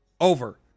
over